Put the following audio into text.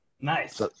Nice